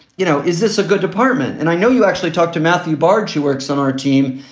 you know, is this a good department? and i know you actually talked to matthew baj, who works on our team,